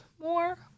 more